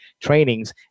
trainings